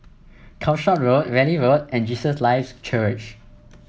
Calshot Road Valley Road and Jesus Lives Church